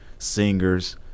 singers